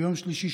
ביום שלישי,